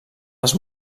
les